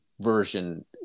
version